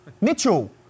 Mitchell